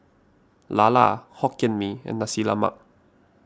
Lala Hokkien Mee and Nasi Lemak